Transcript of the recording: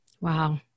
Wow